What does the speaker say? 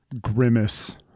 grimace